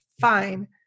fine